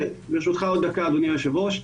ברשותך, עוד דקה אדוני היושב ראש.